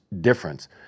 difference